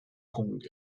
kong